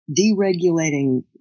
deregulating